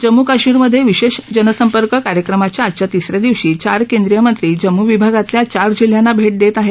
जम्मू कश्मीरमधे विशेष जनसंपर्क कार्यक्रमाच्या आजच्या तिस या दिवशी चार केंद्रीय मंत्री जम्म् विभागातल्या चार जिल्ह्यांना भेट देत आहेत